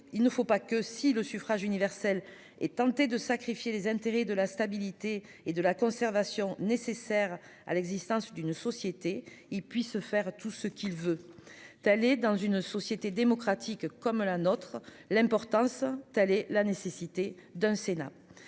il ne faut pas que si le suffrage universel et tenté de sacrifier les intérêts de la stabilité et de la conservation nécessaires à l'existence d'une société, il puisse faire tout ce qu'il veut. Aller dans une société démocratique comme la nôtre l'importance telle est la nécessité d'un Sénat